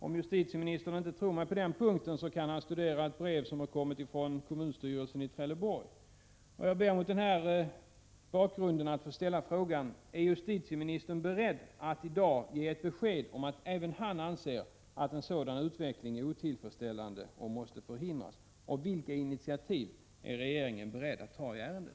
Om justitieministern inte tror mig på den punkten kan han studera ett brev som har kommit från kommunstyrelsen i Trelleborg. Jag ber mot denna bakgrund att få fråga: Är justitieministern beredd att i dag ge ett besked om att även han anser att en sådan här utveckling är otillfredsställande och måste förhindras? Och vilka initiativ är regeringen beredd att ta i ärendet?